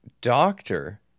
doctor